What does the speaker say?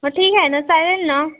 मग ठीक आहे ना चालेल ना